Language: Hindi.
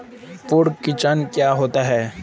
पर्ण कुंचन क्या होता है?